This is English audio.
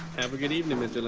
have a good evening, mr.